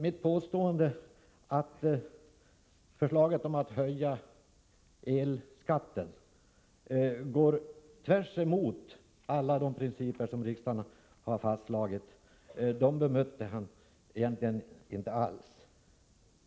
Mitt påstående om att förslaget att höja elskatten går tvärs emot alla de principer som riksdagen har fastslagit bemötte Bo Forslund egentligen inte alls.